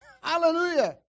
Hallelujah